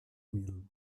mil